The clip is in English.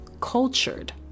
cultured